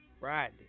Friday